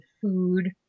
food